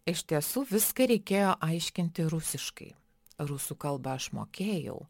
iš tiesų viską reikėjo aiškinti rusiškai rusų kalbą aš mokėjau